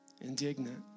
Indignant